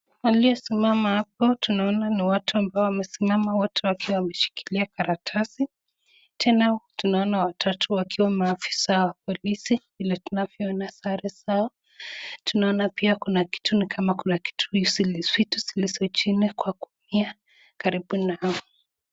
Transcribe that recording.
Waliosimama hapo tunaona ni watu ambao wamesimama wote wakiwa wameshikila karatasi, tena tunaona watatu wakiwa maafisa wa polisi vile tunavyoona sare zao. Tunaona pia kuna kitu ni kama kuna vitu zilizo chini kwa gunia karibu nao.